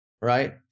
right